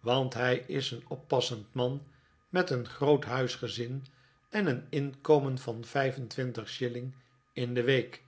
want hij is een oppassend man met een groot huisgezin en een inkomen van vijf en twintig shilling in de week